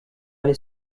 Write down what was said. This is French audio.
les